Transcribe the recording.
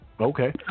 Okay